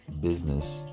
business